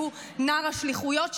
שהוא נער השליחויות שלו,